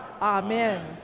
Amen